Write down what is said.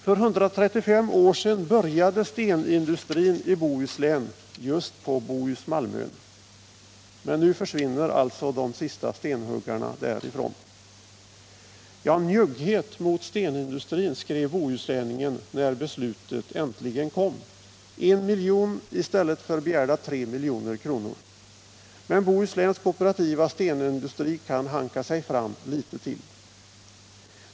För 135 år sedan började stenindustrin i Bohuslän just på Bohus Malmön, men nu försvinner alltså de sista stenhuggarna därifrån. Njugghet mot stenindustrin, skrev Bohusläningen när beslutet äntligen kom: 1 milj.kr. i stället för begärda 3 milj.kr. Men Bohusläns Kooperativa Stenindustri kan hanka sig fram litet till.